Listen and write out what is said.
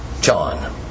John